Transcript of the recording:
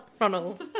Ronald